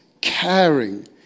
caring